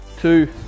two